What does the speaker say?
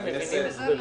אנחנו לא מבינים הסברים.